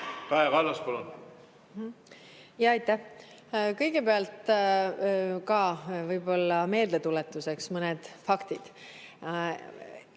Kõigepealt võib-olla meeldetuletuseks mõned faktid.